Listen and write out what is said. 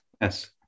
yes